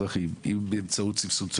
עדיין לא מצאו המנגנון הזה.